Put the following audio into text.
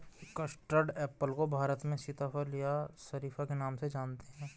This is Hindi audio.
कस्टर्ड एप्पल को भारत में सीताफल या शरीफा के नाम से जानते हैं